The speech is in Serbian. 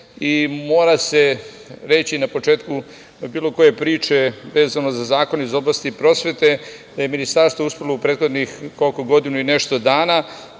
Mora se reći na početku bilo koje priče vezano za zakone iz oblasti prosvete da je Ministarstvo uspelo u prethodnih godinu i nešto dana,